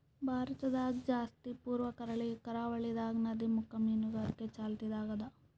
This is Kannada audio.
ಭಾರತದಾಗ್ ಜಾಸ್ತಿ ಪೂರ್ವ ಕರಾವಳಿದಾಗ್ ನದಿಮುಖ ಮೀನುಗಾರಿಕೆ ಚಾಲ್ತಿದಾಗ್ ಅದಾ